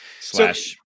Slash